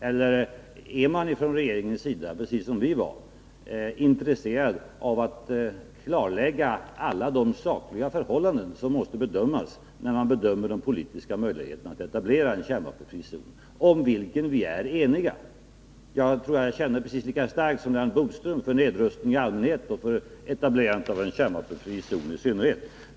Eller är man från regeringens sida, precis som vi var, intresserad av att klarlägga alla de sakliga förhållanden som måste bedömas när man bedömer de politiska möjligheterna att etablera en kärnvapenfri zon, om vilken vi är eniga? Jag känner precis lika starkt som Lennart Bodström för nedrustning i allmänhet och för etablerandet av en kärnvapenfri zon i synnerhet.